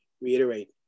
reiterate